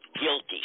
guilty